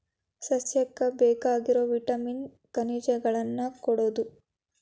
ಸಸ್ಯಕ್ಕ ಬೇಕಾಗಿರು ವಿಟಾಮಿನ್ ಖನಿಜಗಳನ್ನ ಕೊಡುದು